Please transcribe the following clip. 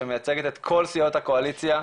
שמייצגת את כל סיעות הקואליציה,